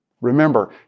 Remember